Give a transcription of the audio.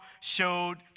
showed